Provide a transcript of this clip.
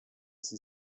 sie